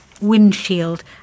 windshield